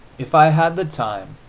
if i had the time,